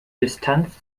distanz